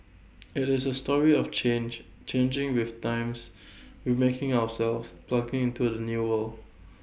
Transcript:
IT is A story of change changing with times remaking ourselves plugging into the new world